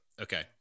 Okay